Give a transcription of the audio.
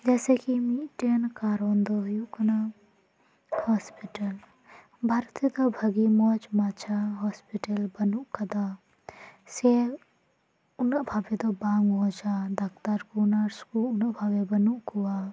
ᱡᱮᱥᱮ ᱠᱤ ᱢᱤᱫᱴᱮᱱ ᱠᱟᱨᱚᱱ ᱫᱚ ᱦᱩᱭᱩᱜ ᱠᱟᱱᱟ ᱦᱳᱥᱯᱤᱴᱟᱞ ᱵᱷᱟᱨᱚᱛ ᱨᱮᱫᱚ ᱵᱷᱟᱹᱜᱤ ᱢᱚᱡᱽ ᱢᱟᱪᱷᱟ ᱦᱳᱥᱯᱤᱴᱟᱞ ᱵᱟᱹᱱᱩᱜ ᱟᱠᱟᱫᱟ ᱥᱮ ᱩᱱᱟᱹᱜ ᱵᱷᱟᱵᱮ ᱫᱚ ᱵᱟᱝ ᱢᱚᱡᱽ ᱰᱟᱠᱛᱟᱨ ᱠᱩ ᱱᱟᱨᱥ ᱠᱩ ᱩᱱᱟᱹᱜ ᱵᱷᱟᱵᱮ ᱵᱟᱹᱱᱩᱜ ᱠᱚᱣᱟ